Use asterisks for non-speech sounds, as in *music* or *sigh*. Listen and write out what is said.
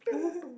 *laughs*